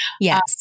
Yes